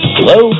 Hello